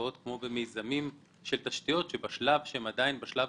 השקעות כמו במיזמים של תשתיות שכשהן עדיין בשלב